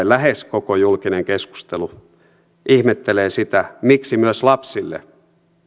lähes koko julkinen keskustelu ihmettelee sitä miksi myös lapsille